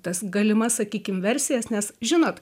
tas galimas sakykim versijas nes žinot